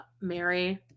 Mary